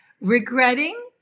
regretting